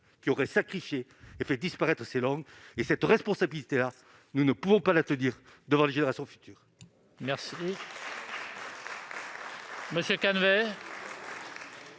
qui aura sacrifié et fait disparaître ces langues. Cette responsabilité, nous ne pouvons pas l'assumer devant les générations futures.